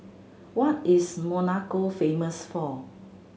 what is Monaco famous for